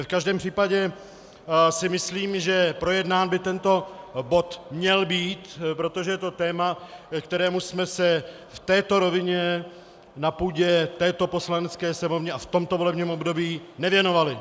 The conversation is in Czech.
V každém případě si myslím, že projednán by tento bod měl být, protože je to téma, kterému jsme se v této rovině na půdě této Poslanecké sněmovny a v tomto volebním období nevěnovali.